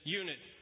unit